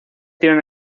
tienen